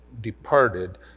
departed